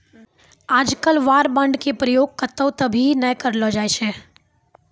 आजकल war bond के प्रयोग कत्तौ त भी नय करलो जाय छै